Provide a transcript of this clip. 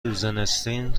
روزناستین